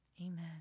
Amen